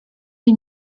nim